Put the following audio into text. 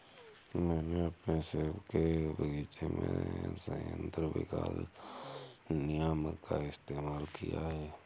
मैंने अपने सेब के बगीचे में संयंत्र विकास नियामक का इस्तेमाल किया है